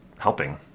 helping